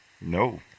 No